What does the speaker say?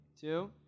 Two